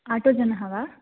आटोजनः वा